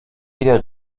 wieder